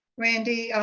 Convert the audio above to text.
randy, and